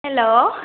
hello